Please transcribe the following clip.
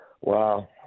Wow